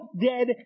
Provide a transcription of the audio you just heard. dead